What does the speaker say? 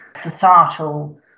societal